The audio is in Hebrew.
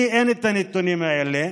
לי אין את הנתונים האלה.